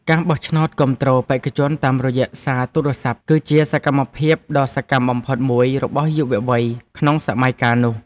ការបោះឆ្នោតគាំទ្របេក្ខជនតាមរយៈសារទូរស័ព្ទ គឺជាសកម្មភាពដ៏សកម្មបំផុតមួយរបស់យុវវ័យក្នុងសម័យកាលនោះ។